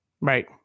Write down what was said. Right